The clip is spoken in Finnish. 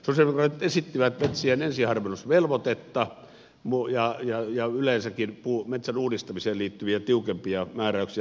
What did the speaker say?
sosialidemokraatit esittivät metsien ensiharvennusvelvoitetta ja yleensäkin metsän uudistamiseen liittyviä tiukempia määräyksiä